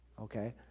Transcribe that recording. okay